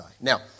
Now